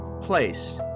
place